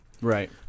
Right